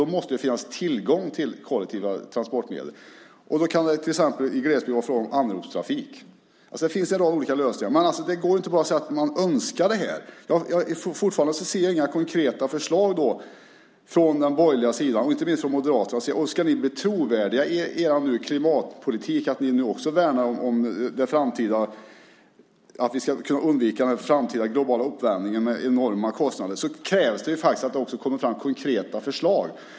Det måste då finnas tillgång till kollektiva transportmedel. I glesbygd kan det till exempel vara fråga om anropstrafik. Det finns en rad olika lösningar. Det går inte bara att säga att man önskar detta. Jag ser fortfarande inga konkreta förslag från den borgerliga sidan och inte minst från Moderaternas sida. Ska ni bli trovärdiga i er klimatpolitik och i att vi ska kunna undvika den framtida globala uppvärmningen med enorma kostnader krävs det också att det kommer fram konkreta förslag.